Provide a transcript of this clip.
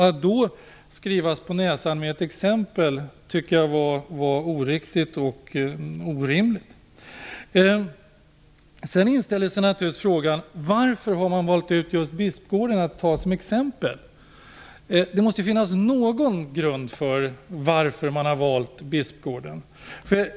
Att då skrivas på näsan med ett exempel tycker jag är oriktigt och orimligt. Sedan inställer sig naturligtvis frågan: Varför har man valt ut just Bispgården att ta som exempel? Det måste finnas någon grund för varför man har valt Bispgården.